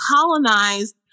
colonized